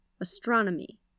Astronomy